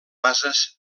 bases